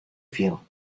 feel